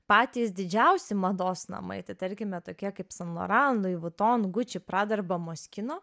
patys didžiausi mados namai tai tarkime tokie kaip san loran loi vuitton gucci prada arba moskino